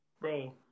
Bro